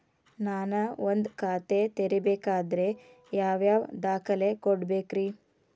ನಾನ ಒಂದ್ ಖಾತೆ ತೆರಿಬೇಕಾದ್ರೆ ಯಾವ್ಯಾವ ದಾಖಲೆ ಕೊಡ್ಬೇಕ್ರಿ?